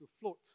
float